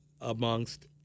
amongst